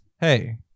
Hey